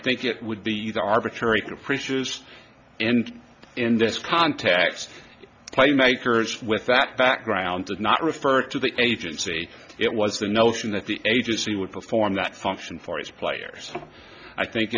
think it would be either arbitrary capricious and in this context playmakers with that background did not refer to the agency it was the notion that the agency would perform that function for its players i think